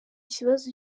kibazo